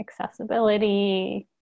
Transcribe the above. accessibility